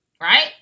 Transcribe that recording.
right